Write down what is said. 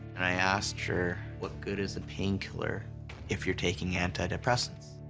and i asked her, what good is a pain killer if you're taking anti-depressants?